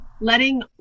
letting